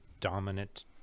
dominant